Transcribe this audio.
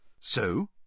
So